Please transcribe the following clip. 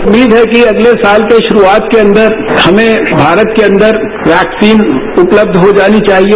उम्मीद है कि अगले के गुरूआत के अंदर हमें भारत के अंदर वैक्सीन उपलब्ध हो जानी चाहिए